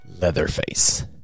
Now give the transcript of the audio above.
Leatherface